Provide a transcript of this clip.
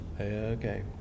okay